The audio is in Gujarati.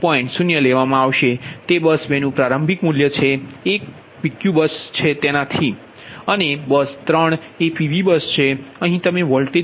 0 લેવામાં આવશે તે બસ 2 નું પ્રારંભિક મૂલ્ય છે એક PQ બસ છે અને બસ 3 એ PV બસ છે અહીં તમે વોલ્ટેજનુ મેગનિટયુડ 1